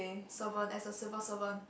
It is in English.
servant as a civil servant